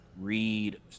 read